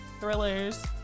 thrillers